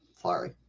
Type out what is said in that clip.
Sorry